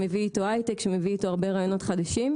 שמביא איתו הייטק והרבה מאוד רעיונות חדשים.